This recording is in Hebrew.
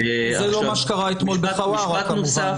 זה לא מה שקרה אתמול בחווארה כמובן,